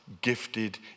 gifted